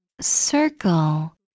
Circle